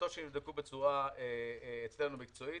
העמותות שנבדקו אצלנו בצורה מקצועית,